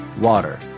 Water